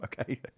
okay